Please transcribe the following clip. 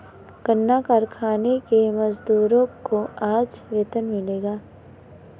गन्ना कारखाने के मजदूरों को आज वेतन मिलेगा